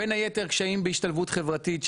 בין היתר קשיים בהשתלבות חברתית שדווחו,